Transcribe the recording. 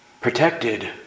Protected